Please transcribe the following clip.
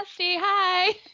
Hi